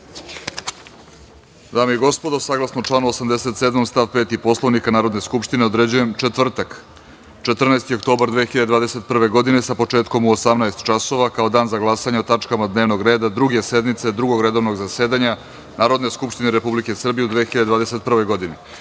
i gospodo, saglasno članu 87. stav 5. Poslovnika Narodne skupštine, određujem, četvrtak 14. oktobar 2021. godine, sa početkom u 18.00 časova, kao dan za glasanje o tačkama dnevnog reda Druge sednice Drugog redovnog zasedanja Narodne skupštine Republike Srbije u 2021.